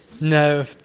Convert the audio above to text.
No